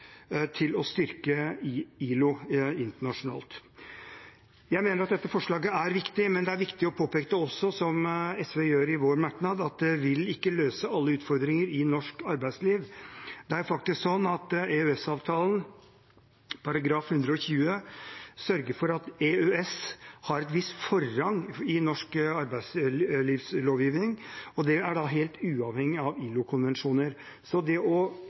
til å styrke ILO internasjonalt. Jeg mener at dette forslaget er viktig, men det er også viktig å påpeke, som SV gjør i vår merknad, at det ikke vil løse alle utfordringer i norsk arbeidsliv. Det er faktisk sånn at EØS-avtalen § 120 sørger for at EØS har forrang i norsk arbeidslivslovgivning, og det er helt uavhengig av ILO-konvensjoner, så det